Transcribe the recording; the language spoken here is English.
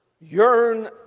yearn